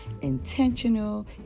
intentional